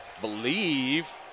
believe